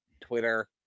twitter